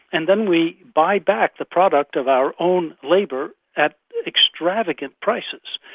and then we buy back the product of our own labour at extravagant prices.